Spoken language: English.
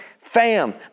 fam